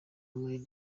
muri